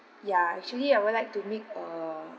ya actually I would like to make uh